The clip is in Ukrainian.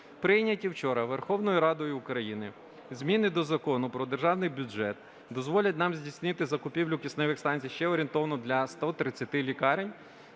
Прийняті вчора Верховною Радою України зміни до Закону про Державний бюджет дозволять нам здійснити закупівлю кисневих станцій ще орієнтовно для 130 лікарень,